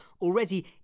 already